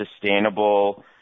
sustainable